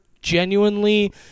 genuinely